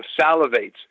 salivates